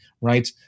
right